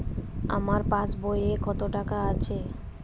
আমার পাসবই এ কত টাকা আছে?